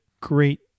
great